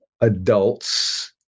adults